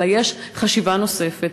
אלא יש חשיבה נוספת,